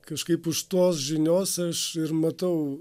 kažkaip už tos žinios aš ir matau